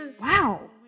Wow